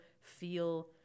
feel